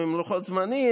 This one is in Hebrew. עם לוחות זמנים,